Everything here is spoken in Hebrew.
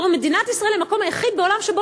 מדינת ישראל היא המקום היחיד בעולם שבו